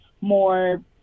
more